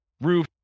roof